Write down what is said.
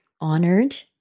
honored